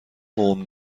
قوم